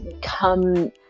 come